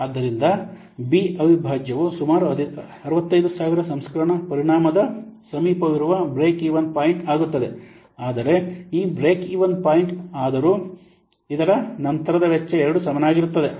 ಆದ್ದರಿಂದ ಬಿ ಅವಿಭಾಜ್ಯವು ಸುಮಾರು 65000 ಸಂಸ್ಕರಣಾ ಪರಿಮಾಣದ ಸಮೀಪವಿರುವ ಬ್ರೇಕ್ ಈವನ್ ಪಾಯಿಂಟ್ ಆಗುತ್ತದೆ ಆದರೆ ಈ ಬ್ರೇಕ್ ಈವನ್ ಪಾಯಿಂಟ್ ಆದರೂ ಇದರ ನಂತರದ ವೆಚ್ಚ ಎರಡೂ ಸಮಾನವಾಗಿರುತ್ತದೆ